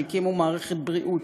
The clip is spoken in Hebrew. שהקימו מערכת בריאות,